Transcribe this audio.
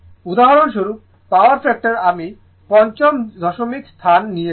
উদাহরণস্বরূপ power factor আমি পঞ্চম দশমিক স্থান নিয়েছি